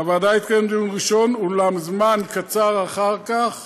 בוועדה התקיים דיון ראשון, אולם זמן קצר אחר כך